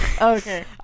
Okay